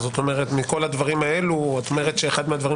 מכל הדברים האלה את אומרת שאחד הדברים